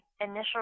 initial